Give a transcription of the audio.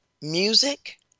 music